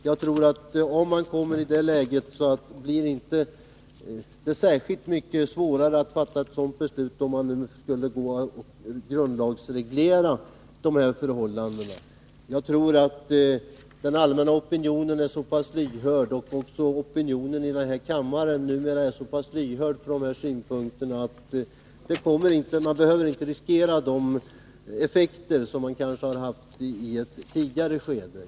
Jag tror inte att det skulle bli särskilt mycket svårare att fatta ett sådant beslut om man nu skulle ge sig på att grundlagsreglera de här förhållandena. Jag tror att den allmänna opinionen och numera även opinionen i denna kammare är så pass lyhörd för dessa synpunkter att vi inte riskerar de effekter som kanske förekom i ett tidigare skede.